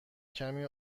کمی